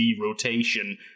rotation